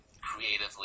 creatively